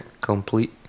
complete